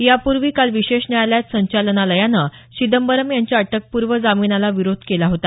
यापूर्वी काल विशेष न्यायालयात संचालनालयाने चिदंबरम यांच्या अटकपूर्व जामिनाला विरोध केला होता